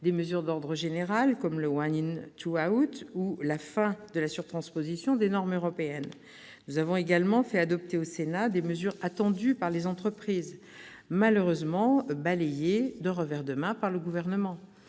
Des mesures d'ordre général, comme le, ou la fin de la surtransposition des normes européennes. Nous avons également fait adopter au Sénat des mesures attendues par les entreprises, malheureusement balayées d'un revers de main par le Gouvernement